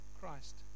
Christ